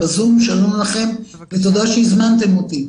שלום לכם ותודה שהזמנתם אותי,